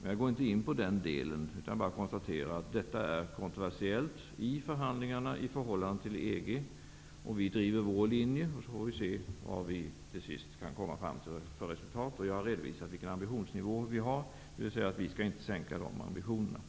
Men jag går inte in på den delen, utan jag konstaterar bara att detta är kontroversiellt i förhandingarna i förhållande till EG. Vi driver vår linje, så får vi se vad vi till sist kan komma fram till för resultat. Jag har redovisat vilken ambitionsnivå vi har, dvs. vi skall inte sänka våra ambitioner.